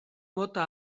mota